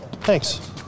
thanks